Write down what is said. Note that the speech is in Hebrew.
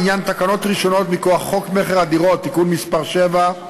בעניין תקנות ראשונות מכוח חוק המכר (דירות) (תיקון מס' 7),